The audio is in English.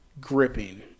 gripping